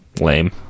lame